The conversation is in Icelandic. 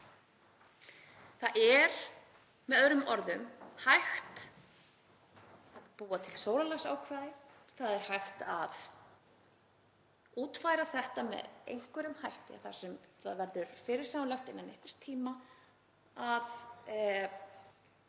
Það er með öðrum orðum hægt að búa til sólarlagsákvæði. Það er hægt að útfæra þetta með einhverjum hætti þar sem það verður fyrirsjáanlegt innan einhvers tíma að